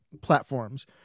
platforms